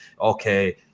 Okay